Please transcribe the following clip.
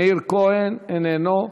מאיר כהן איננו,